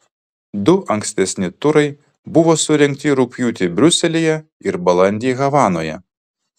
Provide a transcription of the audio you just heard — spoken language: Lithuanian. du ankstesni turai buvo surengti rugpjūtį briuselyje ir balandį havanoje